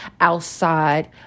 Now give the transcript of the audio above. outside